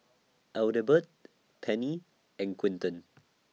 Adelbert Penny and Quinton